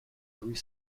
three